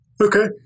Okay